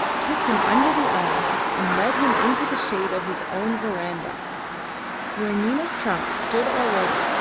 took him under the arm and led him into the shade of his own verandah where nina's trunk stood already,